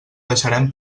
deixarem